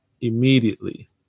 immediately